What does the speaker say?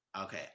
Okay